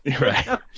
Right